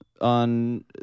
on